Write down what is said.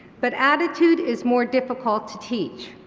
but attitude is more difficult to teach